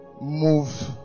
move